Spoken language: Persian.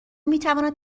میتواند